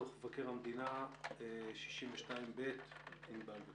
דוח מבקר המדינה 62ב. ענבל מליח,